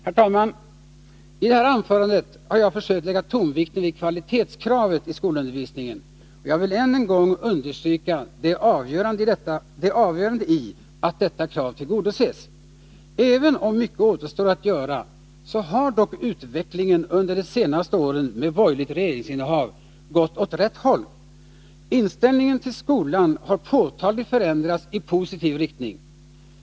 Herr talman! I det här anförandet har jag försökt lägga tonvikten vid kvalitetskravet i skolundervisningen, och jag vill än en gång understryka det avgörande i att detta krav tillgodoses. Även om mycket återstår att göra så har dock utvecklingen under de senaste åren med borgerligt regeringsinnehav gått åt rätt håll. Inställningen till skolan har påtagligt förändrats i positiv riktning.